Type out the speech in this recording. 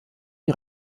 die